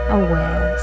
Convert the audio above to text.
aware